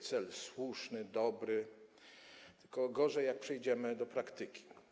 Cel słuszny, dobry, tylko gorzej będzie, jak przejdziemy do praktyki.